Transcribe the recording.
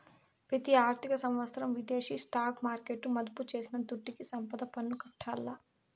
పెతి ఆర్థిక సంవత్సరం విదేశీ స్టాక్ మార్కెట్ల మదుపు చేసిన దుడ్డుకి సంపద పన్ను కట్టాల్ల